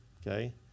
Okay